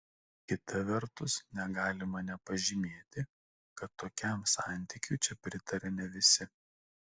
kita vertus negalima nepažymėti kad tokiam santykiui čia pritaria ne visi